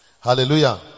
Hallelujah